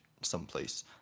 someplace